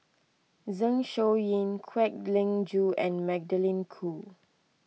Zeng Shouyin Kwek Leng Joo and Magdalene Khoo